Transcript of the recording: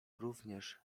również